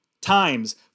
times